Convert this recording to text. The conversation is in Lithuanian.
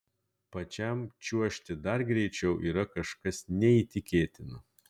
pačiam čiuožti dar greičiau yra kažkas neįtikėtino